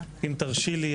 אם תרשי לי,